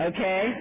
Okay